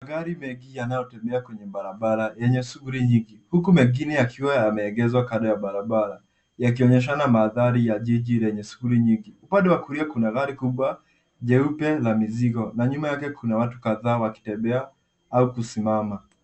Magari mengi yanayotembea kwenye barabara yenye shughuli nyingi, huku mengine yakiwa yameegeshwa kando ya barabara yakionyeshana mandhari ya jiji lenye shughuli nyingi. Upande wa kulia kuna gari kubwa jeupe la mizigo na nyuma yake kuna watu kadhaa wakitembea au kusimama.